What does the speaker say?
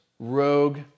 rogue